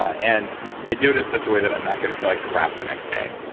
ah and i do it in such a way that i'm not going to feel like crap the next day.